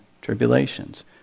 tribulations